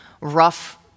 rough